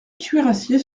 cuirassiers